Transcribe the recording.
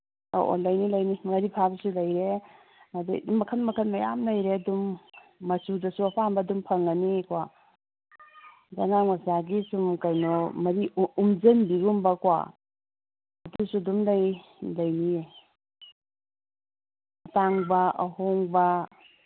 ꯑꯧ ꯑꯣ ꯂꯩꯅꯤ ꯂꯩꯅꯤ ꯃꯔꯤ ꯐꯥꯕꯤꯁꯨ ꯂꯩꯔꯦ ꯑꯗꯒꯤ ꯃꯈꯟ ꯃꯈꯟ ꯃꯌꯥꯝ ꯂꯩꯔꯦ ꯃꯆꯨꯗꯁꯨ ꯑꯄꯥꯝꯕ ꯑꯗꯨꯝ ꯐꯪꯉꯅꯤꯀꯣ ꯑꯉꯥꯡ ꯃꯆꯥꯒꯤ ꯁꯨꯝ ꯀꯩꯅꯣ ꯃꯔꯤ ꯎꯝꯖꯤꯟꯕꯤꯒꯨꯝꯕꯀꯣ ꯑꯗꯨꯁꯨ ꯑꯗꯨꯝ ꯂꯩ ꯑꯗꯒꯤ ꯑꯇꯥꯡꯕ ꯑꯍꯣꯡꯕ